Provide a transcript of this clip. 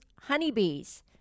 honeybees